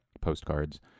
postcards